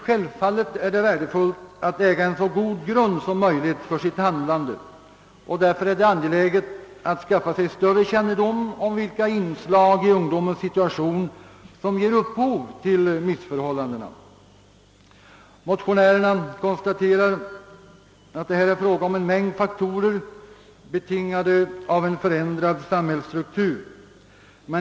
Självfallet är det värdefullt att äga en så god grund som möjligt för sitt handlande, och därför är det angeläget att skaffa sig större kännedom om vilka inslag i ungdomens situation som ger upphov till missförhållandena. Motionärerna konstaterar att det här är fråga om en mängd faktorer, betingade av en förändrad samhällsstruktur.